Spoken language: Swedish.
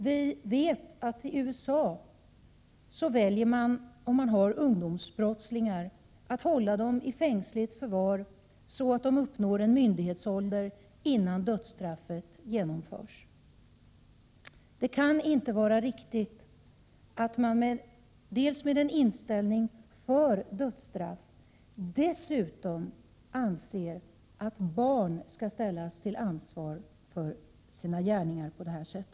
Vi vet att man i USA väljer att hålla ungdomsbrottsligar i fängsligt förvar så länge att de uppnår myndighetsålder och dödsstraffet kan verkställas. Bortsett från inställningen till dödsstraff kan det inte vara riktigt att barn skall ställas till ansvar för sina gärningar på detta sätt.